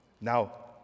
Now